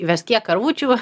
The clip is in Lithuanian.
įvest tiek karvučių